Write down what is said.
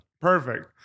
Perfect